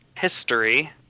History